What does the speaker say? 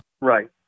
Right